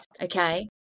Okay